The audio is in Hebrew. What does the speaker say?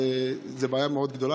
וזו בעיה מאוד גדולה,